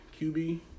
QB